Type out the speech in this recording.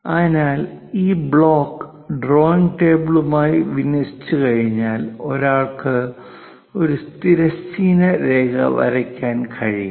അതിനാൽ ഈ block drawing ടേബിളുമായി വിന്യസിച്ചുകഴിഞ്ഞാൽ ഒരാൾക്ക് ഒരു തിരശ്ചീന രേഖ വരയ്ക്കാൻ കഴിയും